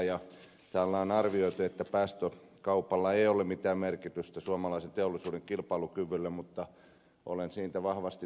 täällä on arvioitu että päästökaupalla ei ole mitään merkitystä suomalaisen teollisuuden kilpailukyvylle mutta olen siitä vahvasti toista mieltä